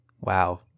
Wow